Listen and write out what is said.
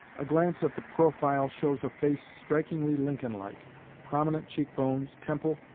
a glance at the profile shows a face strikingly lincoln-like prominent cheek bones, temple,